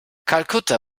kalkutta